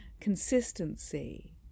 consistency